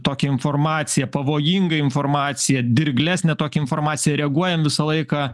tokią informaciją pavojingą informaciją dirglesnę tokią informaciją reaguojam visą laiką